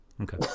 Okay